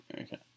Okay